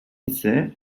ise